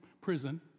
prison